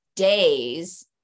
Days